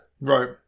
Right